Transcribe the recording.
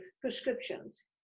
prescriptions